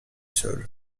sol